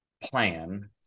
plan